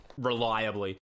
reliably